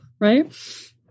right